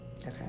Okay